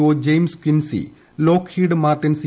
O James Quincey Lockheed Martin C